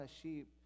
sheep